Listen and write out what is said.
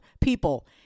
people